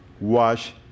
Wash